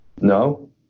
No